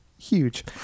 huge